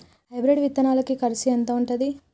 Hybrid విత్తనాలకి కరుసు ఎంత ఉంటది?